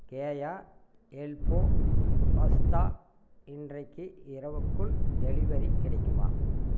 கேலா elbow pasta இன்றைக்கு இரவுக்குள் delivery கிடைக்குமா